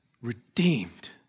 Redeemed